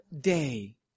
day